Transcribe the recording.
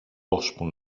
ώσπου